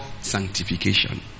sanctification